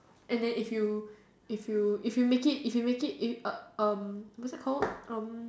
and then if you if you if you make it if you make it it uh um what's it called um